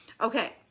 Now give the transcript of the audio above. Okay